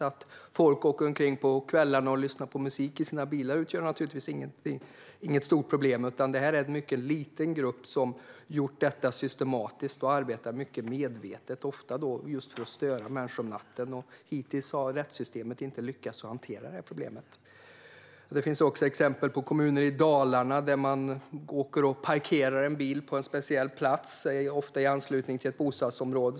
Att folk åker omkring på kvällarna och lyssnar på musik i sina bilar utgör naturligtvis inte något stort problem. Det är en mycket liten grupp som har gjort detta systematiskt och arbetar mycket medvetet ofta för att just störa människor om natten. Hittills har rättssystemet inte lyckats hantera problemet. Det finns också exempel på kommuner i Dalarna där man åker och parkerar en bil på en speciell plats ofta i anslutning till ett bostadsområde.